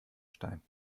stein